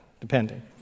depending